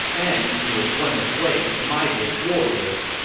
and he was one of wei's mightiest warriors.